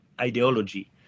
ideology